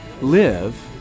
live